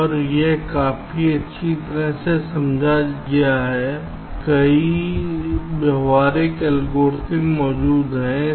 और यह काफी अच्छी तरह से समझा गया है कई व्यावहारिक एल्गोरिदम मौजूद हैं